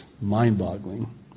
mind-boggling